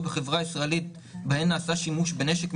בחברה הישראלית בהן נעשה שימוש בנשק,